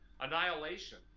annihilation